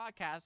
Podcast